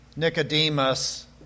Nicodemus